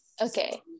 Okay